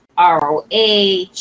ROH